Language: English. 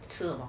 吃 oh